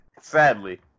Sadly